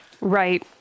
Right